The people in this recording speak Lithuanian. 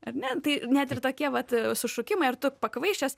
ar ne tai net ir tokie vat sušukimai ar tu pakvaišęs